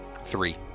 Three